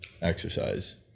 exercise